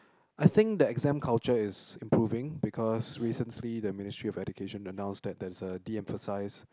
I think the exam culture is improving because recently the Ministry-of-Education announced that there is a de emphasized